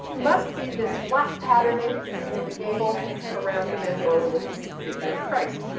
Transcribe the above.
must be this flat patterning in the gable around the mandorla with this figure of christ.